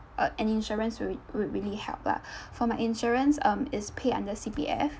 uh an insurance will would really help lah for my insurance um is pay under C_P_F